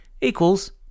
equals